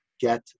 get